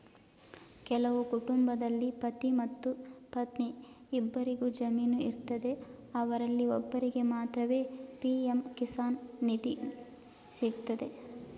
ಕೆಲವು ಕುಟುಂಬದಲ್ಲಿ ಪತಿ ಮತ್ತು ಪತ್ನಿ ಇಬ್ಬರಿಗು ಜಮೀನು ಇರ್ತದೆ ಅವರಲ್ಲಿ ಒಬ್ಬರಿಗೆ ಮಾತ್ರವೇ ಪಿ.ಎಂ ಕಿಸಾನ್ ನಿಧಿ ಸಿಗ್ತದೆ